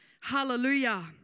Hallelujah